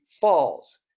falls